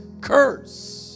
curse